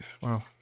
Wow